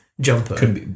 jumper